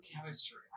chemistry